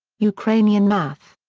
ukrainian math.